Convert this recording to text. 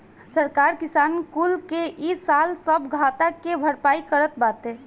सरकार किसान कुल के इ साल सब घाटा के भरपाई करत बाटे